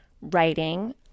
writing